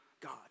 God